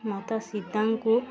ମାତା ସୀତାଙ୍କୁ